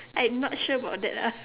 I'm not sure about that lah